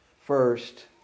First